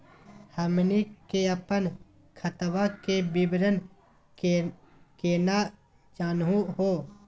हमनी के अपन खतवा के विवरण केना जानहु हो?